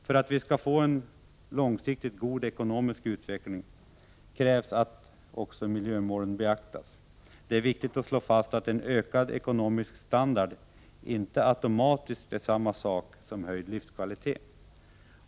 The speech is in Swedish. För att vi skall få en långsiktigt god ekonomisk utveckling krävs att även miljömålen beaktas. Det är viktigt att slå fast att en ökad ekonomisk standard inte automatiskt är samma sak som höjd livskvalitet.